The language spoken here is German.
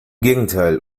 gegenteil